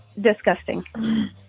disgusting